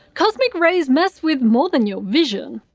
cosmic rays mess with more than your vision.